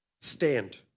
stand